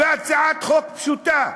והצעת חוק פשוטה,